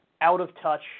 out-of-touch